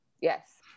Yes